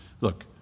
Look